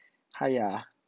!haiya!